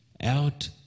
out